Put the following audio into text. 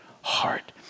heart